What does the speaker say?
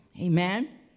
Amen